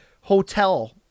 hotel